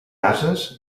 ases